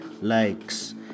likes